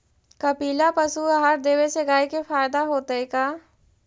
कपिला पशु आहार देवे से गाय के फायदा होतै का?